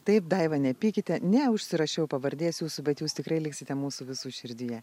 taip daiva nepykite neužsirašiau pavardės jūsų bet jūs tikrai liksite mūsų visų širdyje